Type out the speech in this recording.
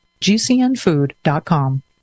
GCNfood.com